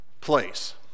place